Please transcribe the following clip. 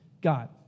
God